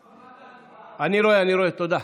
אה, אני רואה, תודה.